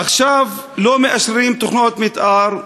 עכשיו לא מאשרים תוכניות מתאר,